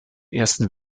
ersten